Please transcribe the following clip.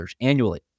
annually